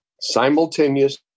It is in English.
simultaneous